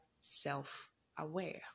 self-aware